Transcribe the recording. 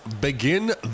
begin